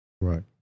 Right